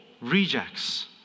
rejects